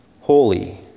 holy